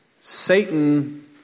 Satan